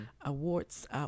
awards